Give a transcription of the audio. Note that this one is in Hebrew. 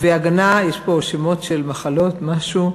יש פה שמות של מחלות משהו,